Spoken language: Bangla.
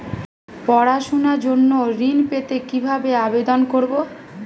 পড়াশুনা জন্য ঋণ পেতে কিভাবে আবেদন করব?